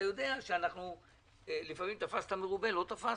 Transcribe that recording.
אתה יודע שלפעמים תפסת מרובה לא תפסת,